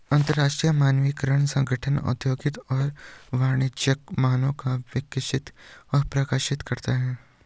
अंतरराष्ट्रीय मानकीकरण संगठन औद्योगिक और वाणिज्यिक मानकों को विकसित और प्रकाशित करता है